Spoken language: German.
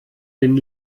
den